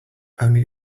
only